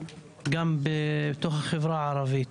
גם בתוך החברה הערבית,